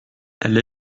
elle